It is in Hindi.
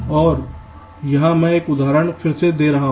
और यहां मैं एक उदाहरण फिर से दे रहा हूं